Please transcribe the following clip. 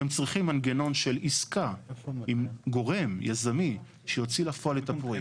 הם צריכים מנגנון של עסקה עם גורם יזמי שיוציא לפועל את הפרויקט.